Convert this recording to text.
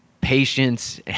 patience